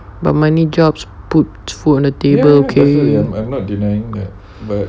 but money jobs put food on the table K